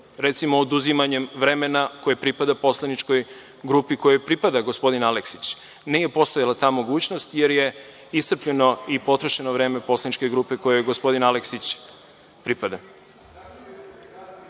Recimo, oduzimanje vremena koje pripada poslaničkoj grupi, kojoj pripada gospodin Aleksić. Nije postojala ta mogućnost, jer je iscrpljeno i potrošeno vreme poslaničke grupe koje je gospodin Aleksić, pripada.